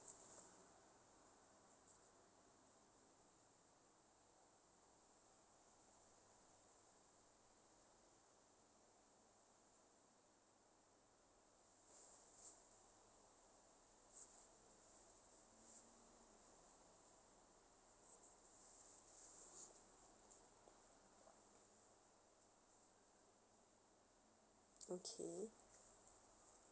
okay